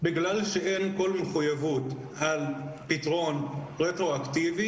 בגלל שאין כל מחויבות על פתרון רטרואקטיבי,